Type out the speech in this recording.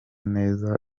neza